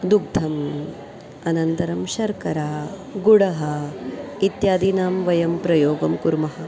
दुग्धम् अनन्तरं शर्करा गुडः इत्यादीनां वयं प्रयोगं कुर्मः